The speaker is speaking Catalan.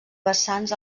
vessants